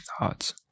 thoughts